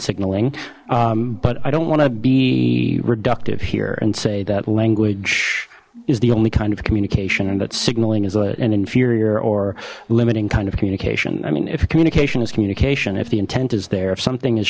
signaling but i don't want to be reductive here and say that language is the only kind of communication and that's signaling is an inferior or limiting kind of communication i mean if a communication is communication if the intent is there if something is